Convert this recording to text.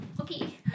Okay